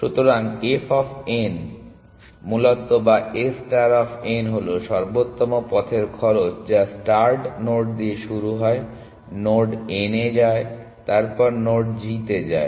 সুতরাং f of n মূলত বা S ষ্টার অফ n হলো সর্বোত্তম পথের খরচ যা স্টার্ট নোড দিয়ে শুরু হয় নোড n তে যায় এবং তারপর নোড g তে যায়